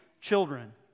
children